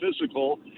physical